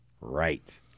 right